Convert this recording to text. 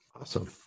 Awesome